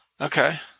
Okay